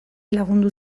lagundu